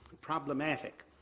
problematic